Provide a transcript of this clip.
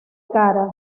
cara